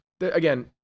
Again